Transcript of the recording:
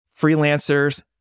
freelancers